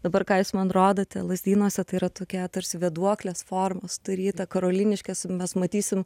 dabar ką jūs man rodote lazdynuose tai yra tokia tarsi vėduoklės forma sudaryta karoliniškėse mes matysim